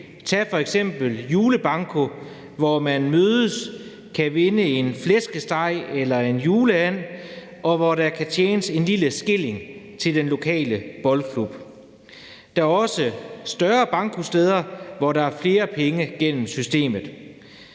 kan f.eks. tage julebanko, hvor man mødes, kan vinde en flæskesteg eller en juleand, og hvor der kan tjenes en lille skilling til den lokale boldklub. Der er også større bankosteder, hvor der kommer flere penge gennem systemet.